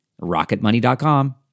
Rocketmoney.com